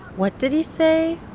what did he say?